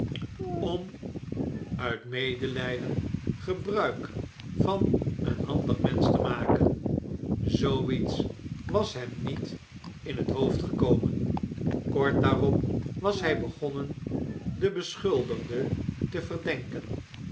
om uit medeiyden gebruik van een handig mensch te maken zoo iets was hem niet in het hoofd gekomen kort daarop was hy begonnen den beschuldigde te verdenken